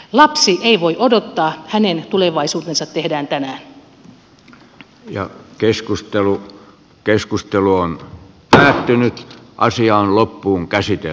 lapsi ei voi odottaa hänen tulevaisuutensa tehdään tänään